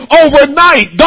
overnight